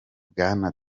bwa